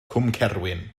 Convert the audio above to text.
cwmcerwyn